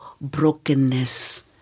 brokenness